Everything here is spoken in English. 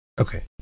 Okay